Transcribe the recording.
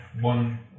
one